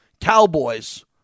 Cowboys